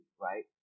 right